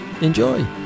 Enjoy